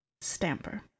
Stamper